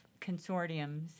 consortiums